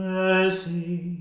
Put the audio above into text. mercy